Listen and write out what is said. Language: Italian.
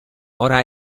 ora